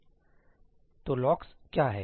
सही तो लॉक्स क्या हैं